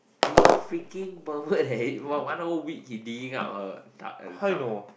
they freaking pervert eh for one whole week he digging up her eh the